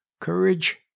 courage